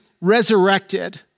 Resurrected